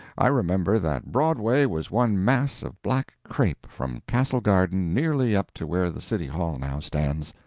i remember that broadway was one mass of black crape from castle garden nearly up to where the city hall now stands.